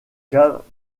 cas